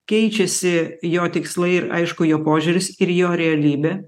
keičiasi jo tikslai ir aišku jo požiūris ir jo realybė